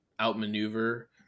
outmaneuver